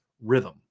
rhythm